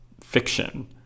fiction